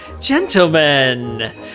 Gentlemen